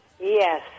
Yes